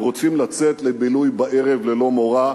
הם רוצים לצאת לבילוי בערב ללא מורא,